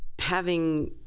having